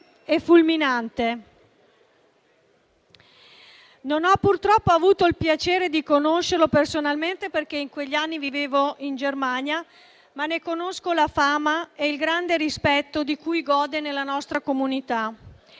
e fulminante. Non ho purtroppo avuto il piacere di conoscerlo personalmente, perché in quegli anni vivevo in Germania, ma ne conosco la fama e il grande rispetto di cui gode nella nostra comunità.